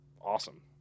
awesome